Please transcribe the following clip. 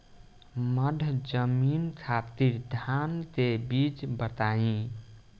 मध्य जमीन खातिर धान के बीज बताई?